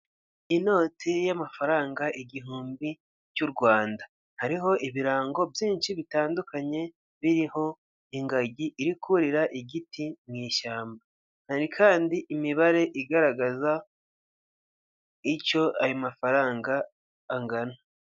Inoti y'amafaranga igihumbi, cy'u Rwanda. Hariho ibirango byinshi bitandukanye, biriho ingagi iri kurira igiti mu ishyamba. Hari kandi imibare igaragaza icyo ayo mafaranga angana.